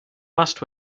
last